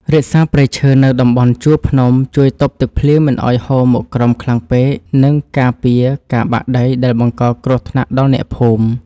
រក្សាព្រៃឈើនៅតំបន់ជួរភ្នំជួយទប់ទឹកភ្លៀងមិនឱ្យហូរមកក្រោមខ្លាំងពេក និង ការពារការបាក់ដីដែលបង្កគ្រោះថ្នាក់ដល់អ្នកភូមិ។